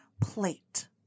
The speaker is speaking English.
plate